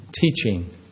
teaching